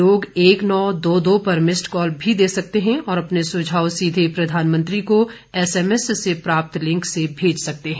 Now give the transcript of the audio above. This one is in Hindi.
लोग एक नौ दो दो पर मिस्ड कॉल भी दे सकते हैं और अपने सुझाव सीधे प्रधानमंत्री को एसएमएस में प्राप्त लिंक से भेज सकते हैं